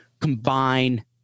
combine